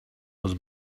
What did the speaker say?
was